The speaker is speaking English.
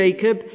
Jacob